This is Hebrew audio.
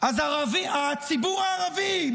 --- הציבור הערבי.